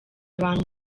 abantu